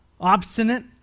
obstinate